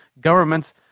governments